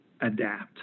adapt